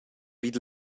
vid